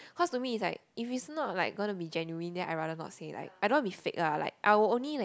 cause to me is like if is not like gonna to be genuine then I rather no say like I don't want to be fake lah I will only like